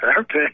Okay